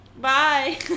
Bye